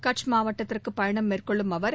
கட்ஜ் மாவட்டத்திற்கு பயணம் மேற்கொள்ளும் அவர்